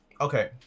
Okay